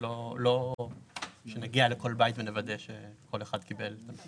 לא שנגיע לכל בית ונוודא שכל בית קיבל.